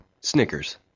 Snickers